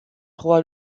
roi